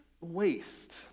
waste